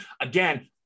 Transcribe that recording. again